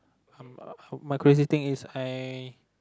um my crazy thing is I